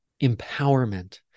empowerment